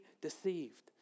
deceived